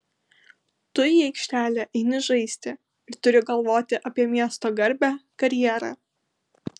tu į aikštelę eini žaisti ir turi galvoti apie miesto garbę karjerą